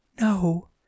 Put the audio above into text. No